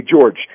George